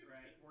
Right